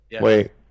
Wait